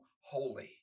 holy